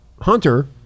Hunter